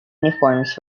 uniforms